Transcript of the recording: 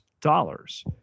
dollars